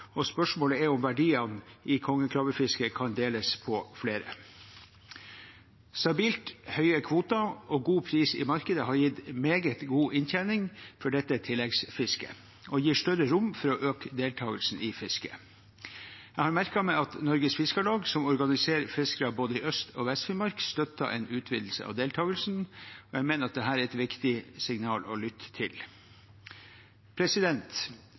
og spørsmålet er om verdiene i kongekrabbefisket kan deles på flere. Stabilt høye kvoter og god pris i markedet har gitt meget god inntjening for dette tilleggsfisket og gir større rom for å øke deltakelsen i det. Jeg har merket meg at Norges Fiskarlag, som organiserer fiskere både i Øst- og Vest-Finnmark, støtter en utvidelse av deltakelsen. Jeg mener at dette er et viktig signal å lytte til.